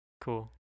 cool